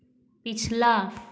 पिछला